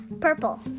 Purple